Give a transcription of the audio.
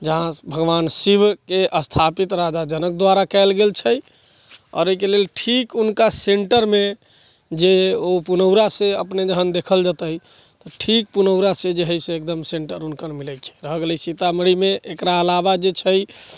जहाँ भगवान शिव के स्थापित राजा जनक द्वारा कयल गेल छै आओर एहि के लेल ठीक हुनका सेन्टर मे जे ओ पुनौरा से अपने जहन देखल जेतै ठीक पुनौरा से जे है से एकदम सेन्टर हुनकर मिलै छै भै गेलै सीतामढ़ी मे एकरा अलावा जे छै